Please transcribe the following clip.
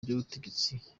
ry’ubutegetsi